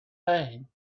pain